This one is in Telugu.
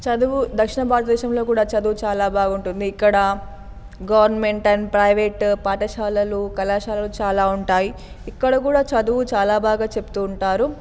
చదువు దక్షిణ భారతదేశంలో కూడా చదువు చాలా బాగుంటుంది ఇక్కడ గవర్నమెంట్ అండ్ ప్రైవేట్ పాఠశాలలు కళాశాలలో చాలా ఉంటాయి ఇక్కడ కూడా చదువు చాలా బాగా చెబుతూ ఉంటారు